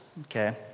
okay